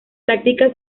tácticas